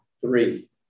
Three